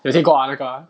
有听过啊那个啊